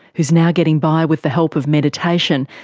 who is now getting by with the help of meditation,